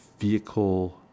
Vehicle